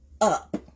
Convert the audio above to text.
up